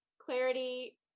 clarity